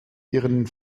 ihren